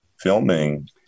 filming